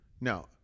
Now